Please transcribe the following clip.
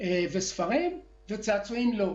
וגם ספרים, אבל צעצועים לא.